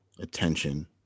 attention